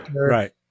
right